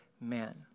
man